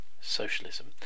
socialism